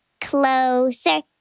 closer